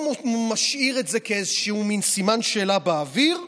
משאיר את זה כאיזה סימן שאלה באוויר,